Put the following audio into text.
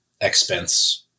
expense